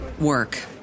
work